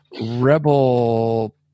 rebel